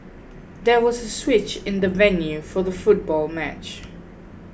there was a switch in the venue for the football match